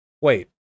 Wait